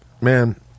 man